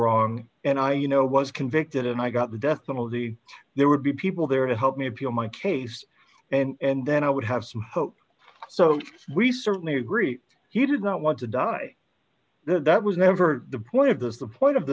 wrong and i you know was convicted and i got the death penalty there would be people there to help me appeal my case and then i would have some hope so we certainly agree he did not want to die that that was never the point of this the point of